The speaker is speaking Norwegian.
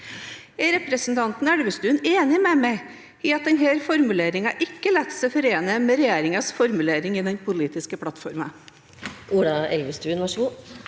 Er representanten Elvestuen enig med meg i at denne formuleringen ikke lar seg forene med regjeringens formulering i den politiske plattformen?